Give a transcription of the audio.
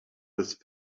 with